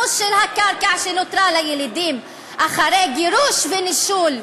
של הקרקע שנותרה לילידים אחרי גירוש ונישול.